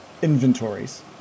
Inventories